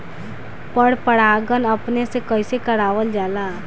पर परागण अपने से कइसे करावल जाला?